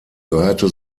gehörte